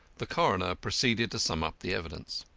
the coroner proceeded to sum up the evidence.